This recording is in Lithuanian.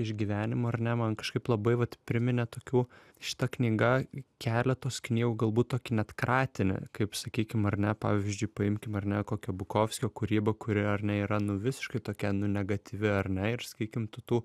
išgyvenimų ar ne man kažkaip labai vat priminė tokių šita knyga keletos knygų galbūt tokį net kratinį kaip sakykim ar ne pavyzdžiui paimkim ar ne kokio bukovskio kūrybą kuri ar ne yra nu visiškai tokia nu negatyvi ar ne ir sakykim tu tų